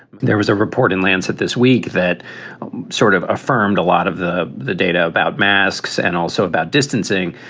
there was a report in lancet this week that sort of affirmed a lot of the the data about masks and also about distancing.